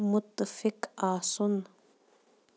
مُتَفِق آسُن